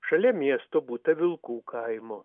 šalia miesto būtą vilkų kaimo